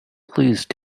please